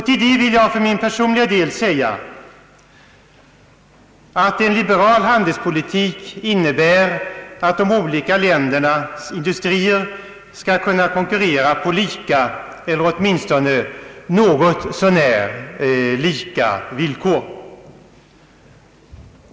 Till det vill jag för min personliga del säga att en liberal handelspolitik innebär att de olika ländernas industrier skall kunna konkurrera på lika eller åtminstone något så när lika villkor.